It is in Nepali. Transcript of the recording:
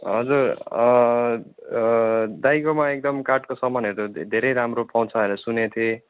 हजुर दाइकोमा एकदम काठको सामानहरू धेरै राम्रो पाउँछ अरे सुनेको थिएँ